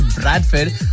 Bradford